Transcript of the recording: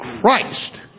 Christ